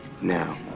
Now